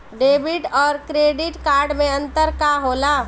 Debit और credit card मे अंतर का होला?